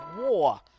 war